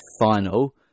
final